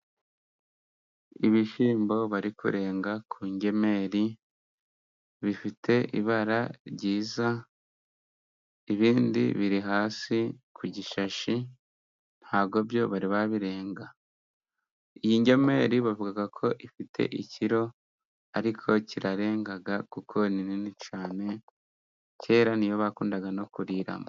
Ibishyimbo bari kurenga ku ngemeri bifite, ibara ryiza ibindi biri hasi ku gishashi, ntabwo bari babirenga. Iyi ngemeri bavuga ko ifite ikiro, ariko kirarenga kuko ni nini cyane, kera ni yo bakundaga no kuriramo.